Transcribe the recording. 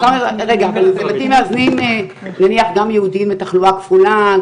זה בתים מאזנים גם ייעודיים לתחלואה כפולה?